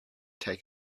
take